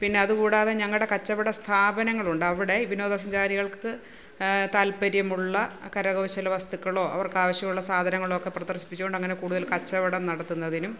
പിന്നെ അതുകൂടാതെ ഞങ്ങളുടെ കച്ചവട സ്ഥാപനങ്ങളുണ്ട് അവിടെ ഈ വിനോദസഞ്ചാരികള്ക്ക് താല്പ്പര്യമുള്ള കരകൗശല വസ്തുക്കളോ അവര്ക്ക് ആവശ്യമുള്ള സാധനങ്ങളോ ഒക്കെ പ്രദര്ശിപ്പിച്ചുകൊണ്ട് അങ്ങനെ കൂടുതല് കച്ചവടം നടത്തുന്നതിനും